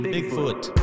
Bigfoot